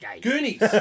goonies